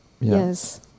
Yes